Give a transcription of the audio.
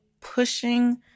pushing